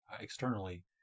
externally